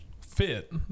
fit